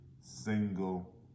single